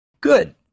Good